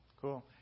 cool